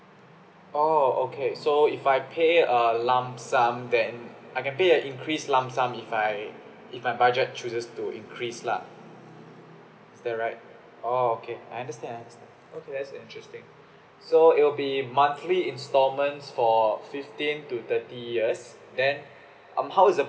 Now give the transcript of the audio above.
oh okay so if I pay a lump sum then I can pay an increased lump sum if I if my budget chooses to increase lah is that right oh okay I understand I understand okay that's quite interesting so it will be monthly installments for fifteen to thirty years then um how is the